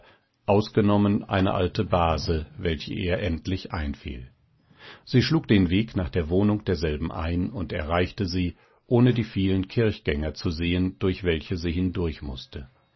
ausgenommen eine alte base welche ihr endlich einfiel sie schlug den weg nach der wohnung derselben ein und erreichte sie ohne die vielen kirchgänger zu sehen durch welche sie hindurchmußte